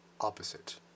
opposite